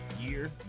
year